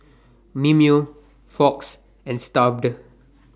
Mimeo Fox and Stuff'd